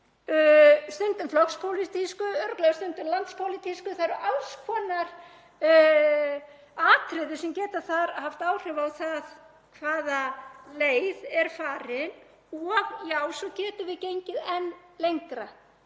stundum flokkspólitísku, örugglega stundum landspólitísku. Það eru alls konar atriði sem geta haft áhrif á það hvaða leið er farin og já, svo getum við gengið enn lengra.